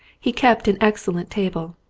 he kept an excellent table.